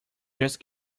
just